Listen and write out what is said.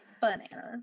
bananas